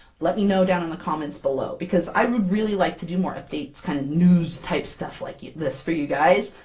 let me know down in the comments below, because i would really like to do more updates, kind of news-type stuff like this for you guys.